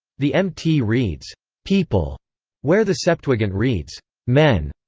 the mt reads people where the septuagint reads men.